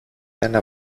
ένα